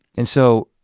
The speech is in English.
and so,